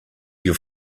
your